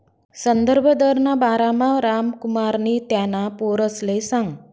संदर्भ दरना बारामा रामकुमारनी त्याना पोरसले सांगं